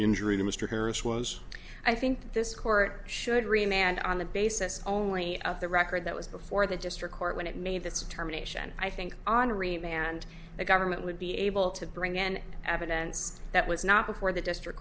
injury to mr harris was i think this court should remain and on the basis only of the record that was before the district court when it made the term nation i think honoree man and the government would be able to bring in evidence that was not before the district